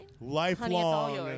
lifelong